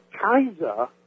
Kaiser